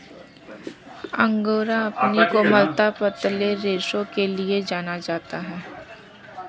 angora अपनी कोमलता, पतले रेशों के लिए जाना जाता है